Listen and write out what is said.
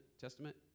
Testament